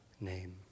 name